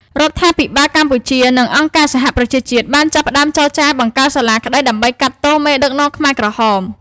រដ្ឋាភិបាលកម្ពុជា និងអង្គការសហប្រជាជាតិបានចាប់ផ្ដើមចរចាបង្កើតសាលាក្ដីដើម្បីកាត់ទោសមេដឹកនាំខ្មែរក្រហម។